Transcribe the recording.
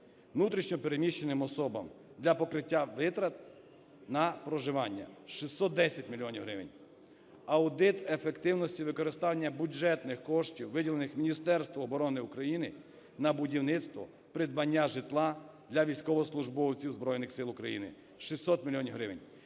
внутрішньо переміщеним особам для покриття витрат на проживання – 610 мільйонів гривень. Аудит ефективності використання бюджетних коштів, виділених Міністерству оборони України на будівництво, придбання житла для військовослужбовців Збройних Сил України - 600 мільйонів